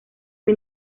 fue